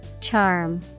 Charm